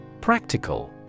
Practical